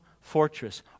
fortress